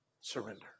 surrender